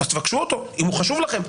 אז תבקשו אותו, אם הוא חשוב לכם.